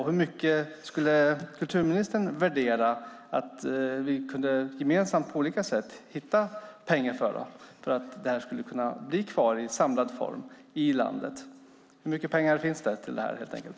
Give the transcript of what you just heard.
Och hur mycket pengar skulle kulturministern värdera att vi gemensamt på olika sätt kan hitta för att samlingarna skulle kunna bli kvar i samlad form i landet? Hur mycket pengar finns det till det här, helt enkelt?